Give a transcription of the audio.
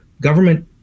government